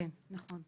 כן, נכון.